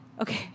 Okay